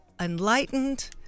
enlightened